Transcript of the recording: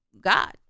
God